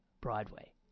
Broadway